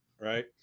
Right